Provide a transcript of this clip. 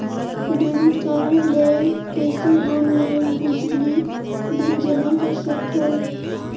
Debit card ले कइसे online बिजली बिल जमा कर सकथव?